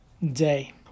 Day